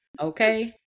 Okay